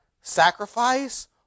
sacrifice